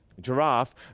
giraffe